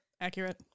accurate